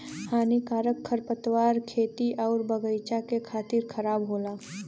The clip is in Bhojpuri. हानिकारक खरपतवार खेती आउर बगईचा क खातिर खराब होला